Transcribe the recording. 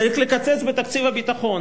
צריך לקצץ בתקציב הביטחון.